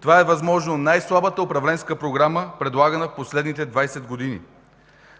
Това е възможно най-слабата управленска програма, предлагана в последните 20 години.